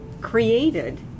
created